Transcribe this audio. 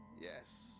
Yes